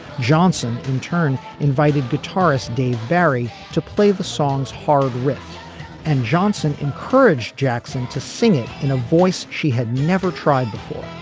johnson in turn invited guitarist dave berry to play the song's hard riff and johnson encouraged jackson to sing it in a voice she had never tried before.